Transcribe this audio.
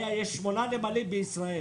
יש שמונה נמלים בישראל